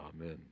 Amen